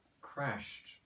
crashed